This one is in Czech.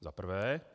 Za prvé.